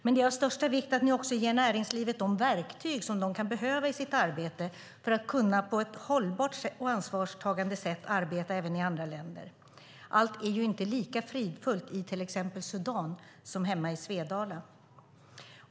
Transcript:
Men det är av största vikt att regeringen också ger näringslivet de verktyg som de kan behöva i sitt arbete för att på ett hållbart och ansvarstagande sätt ska kunna arbeta även i andra länder. Allt är ju inte lika fridfullt i till exempel Sudan som hemma i Svedala.